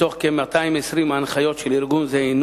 מתוך כ-220 הנחיות של ארגון זה,